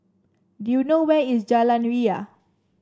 do you know where is Jalan Ria